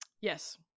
Yes